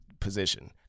position